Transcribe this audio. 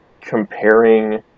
comparing